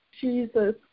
Jesus